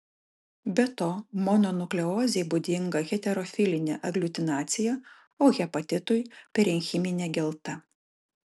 be to mononukleozei būdinga heterofilinė agliutinacija o hepatitui parenchiminė gelta